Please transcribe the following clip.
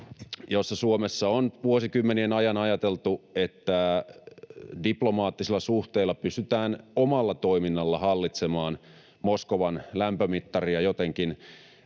— Suomessa on vuosikymmenien ajan ajateltu, että diplomaattisilla suhteilla pystytään omalla toiminnalla hallitsemaan Moskovan lämpömittaria jotenkin,